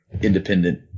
independent